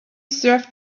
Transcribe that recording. serve